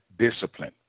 Discipline